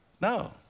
No